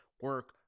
Work